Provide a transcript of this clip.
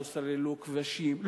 לא סללו כבישים,